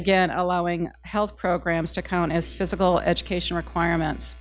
again allowing health programs to count as physical education requirements